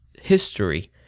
history